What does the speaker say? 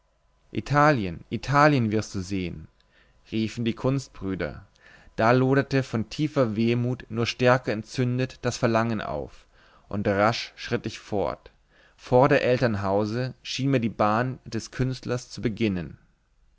italien italien wirst du sehen riefen die kunstbrüder da loderte von tiefer wehmut nur stärker entzündet das verlangen auf und rasch schritt ich fort vor der eltern hause schien mir die bahn des künstlers zu beginnen